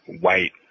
white